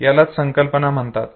यालाच संकल्पना म्हणतात